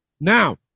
Now